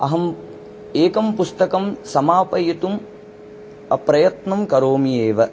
अहम् एकं पुस्तकं समापयितुं अ प्रयत्नं करोम्येव